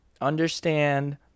understand